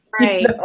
right